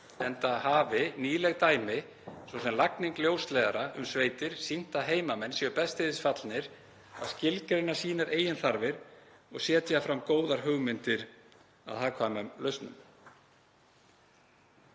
enda hafi nýleg dæmi, svo sem lagning ljósleiðara um sveitir, sýnt að heimamenn séu best til þess fallnir að skilgreina sínar eigin þarfir og setja fram góðar hugmyndir að hagkvæmum lausnum.